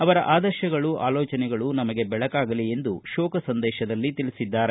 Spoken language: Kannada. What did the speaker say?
ಅವರ ಆದರ್ಶಗಳು ಆಲೋಚನೆಗಳು ನಮಗೆ ಬೆಳಕಾಗಲಿ ಎಂದು ಶೋಕ ಸಂದೇಶದಲ್ಲಿ ತಿಳಿಸಿದ್ದಾರೆ